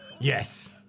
Yes